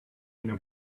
ina